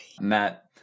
Matt